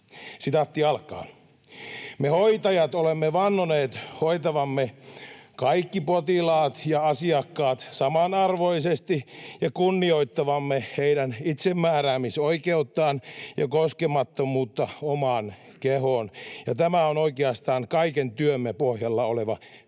viestiä: ”Me hoitajat olemme vannoneet hoitavamme kaikki potilaat ja asiakkaat samanarvoisesti ja kunnioittavamme heidän itsemääräämisoikeuttaan ja koskemattomuutta omaan kehoonsa. Tämä on oikeastaan kaiken työmme pohjalla oleva tärkein